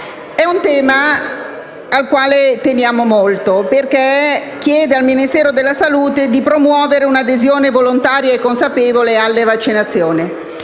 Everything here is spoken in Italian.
un tema al quale teniamo molto, perché si chiede al Ministero della salute di promuovere un'adesione volontaria e consapevole alle vaccinazioni.